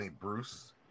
Bruce